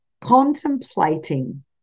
contemplating